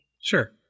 sure